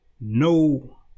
no